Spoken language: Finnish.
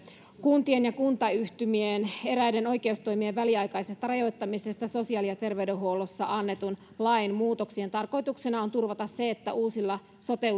kuntien ja kuntayhtymien eräiden oikeustoimien väliaikaisesta rajoittamisesta sosiaali ja terveydenhuollossa annetun lain muutoksien tarkoituksena on turvata se että uusilla sote